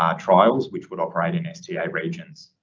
um trials which would operate in sta regions?